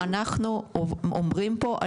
אנחנו מדברים פה,